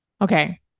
Okay